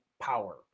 power